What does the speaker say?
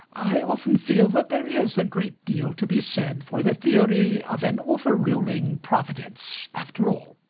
i often feel that there is a great deal to be said for the theory of an over-ruling providence, after all.